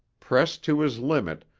pressed to his limit,